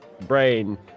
brain